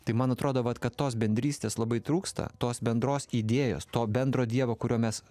tai man atrodo vat kad tos bendrystės labai trūksta tos bendros idėjos to bendro dievo kurio mes